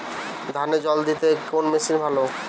ধানে জল দিতে কোন মেশিন ভালো?